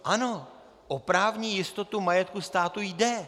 Ano, o právní jistotu majetku státu jde.